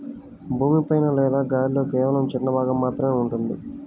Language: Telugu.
భూమి పైన లేదా గాలిలో కేవలం చిన్న భాగం మాత్రమే ఉంటుంది